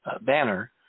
banner